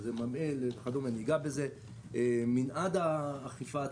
מנעד האכיפה,